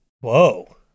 Whoa